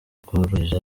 bworoheje